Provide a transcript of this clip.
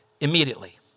immediately